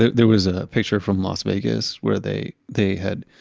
there was a picture from las vegas where they they had,